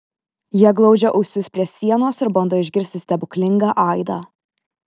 jie glaudžia ausis prie sienos ir bando išgirsti stebuklingą aidą